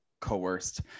coerced